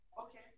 okay